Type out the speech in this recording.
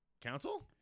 Council